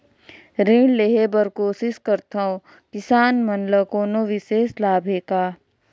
ऋण लेहे बर कोशिश करथवं, किसान मन ल कोनो विशेष लाभ हे का?